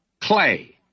clay